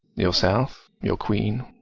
yourself, your queen,